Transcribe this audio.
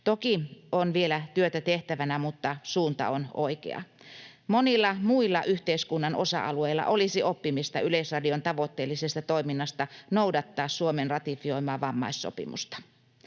Toki on vielä työtä tehtävänä, mutta suunta on oikea. Monilla muilla yhteiskunnan osa-alueilla olisi oppimista Yleisradion tavoitteellisesta toiminnasta noudattaa Suomen ratifioimaa vammaissopimusta.